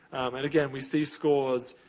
and again, we see scores,